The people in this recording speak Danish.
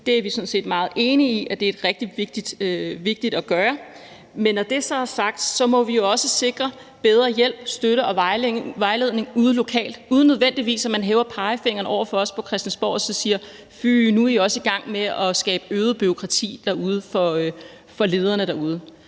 set meget enige i, at det er rigtig vigtigt at gøre, men når det så er sagt, må vi jo også sikre bedre hjælp, støtte og vejledning ude lokalt, uden at man nødvendigvis hæver pegefingeren over for os på Christiansborg og siger: Fy, nu er I også i gang med at skabe øget bureaukrati for lederne derude.